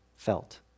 Felt